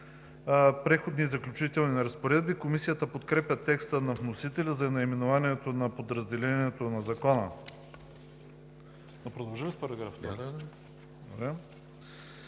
„Преходни и заключителни разпоредби“. Комисията подкрепя текста на вносителя за наименованието на подразделението на Закона. Комисията подкрепя по